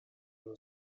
who